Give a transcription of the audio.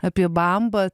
apie bambą